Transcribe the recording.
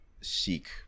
seek